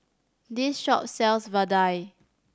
this shop sells vadai